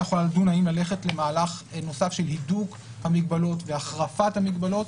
יכולה לדון אם ללכת למהלך נוסף של הידוק המגבלות והחרפת המגבלות.